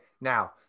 Now